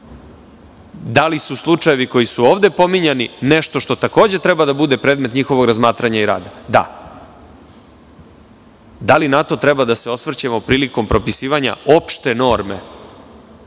li su slučajevi koji su ovde pominjani nešto što takođe treba da bude predmet njihovog razmatranja i rada? Da. Da li na to treba da se osvrćemo prilikom propisivanja opšte norme